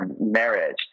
marriage